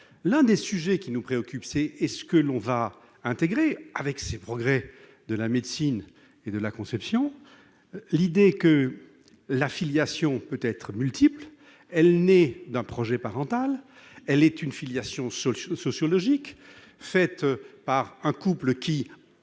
L'un des sujets qui nous préoccupe est de savoir si l'on va intégrer à ces progrès de la médecine et de la conception l'idée que la filiation peut-être multiple. Issue d'un projet parental, c'est une filiation sociologique : un couple